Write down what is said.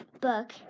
book